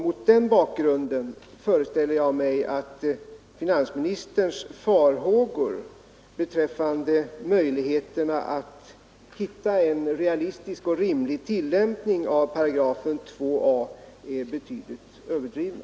Mot den bakgrunden föreställer jag mig att finansministerns farhågor beträffande möjligheterna att komma fram till en realistisk och rimlig tillämpning av 2 a § är betydligt överdrivna.